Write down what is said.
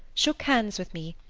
shook hands with me,